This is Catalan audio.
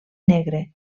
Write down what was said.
negre